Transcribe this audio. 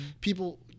people